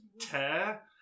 tear